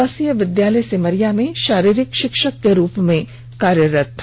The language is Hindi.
मृतक व्यक्ति आवासीय विद्यालय सिमरिया में शारीरिक शिक्षक के रूप में कार्यरत था